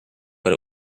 but